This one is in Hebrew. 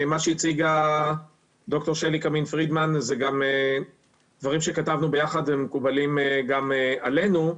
מה שהציגה ד"ר שלי קמין-פרידמן זה דברים שכתבנו ביחד ומקובלים גם עלינו.